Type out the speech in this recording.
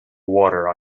water